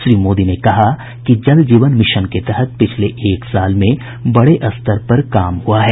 श्री मोदी ने कहा कि जल जीवन मिशन के तहत पिछले एक साल में बड़े स्तर पर काम हुआ है